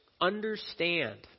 understand